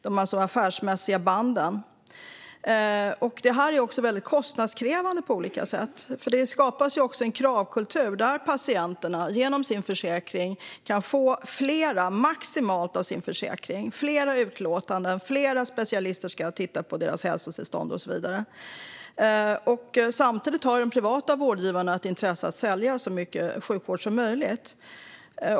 Detta är på olika sätt väldigt kostnadskrävande eftersom en kravkultur skapas. Patienterna kan få ut maximalt av sin försäkring genom att få flera utlåtanden, att flera specialister ska titta på deras hälsotillstånd och så vidare. Samtidigt har de privata vårdgivarna ett intresse av att sälja så mycket sjukvård som möjligt.